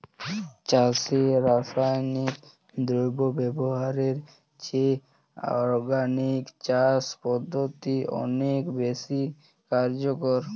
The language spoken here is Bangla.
চাষে রাসায়নিক দ্রব্য ব্যবহারের চেয়ে অর্গানিক চাষ পদ্ধতি অনেক বেশি কার্যকর